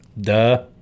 Duh